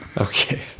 Okay